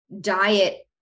diet